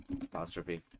apostrophe